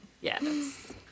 Yes